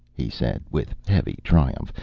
he said, with heavy triumph,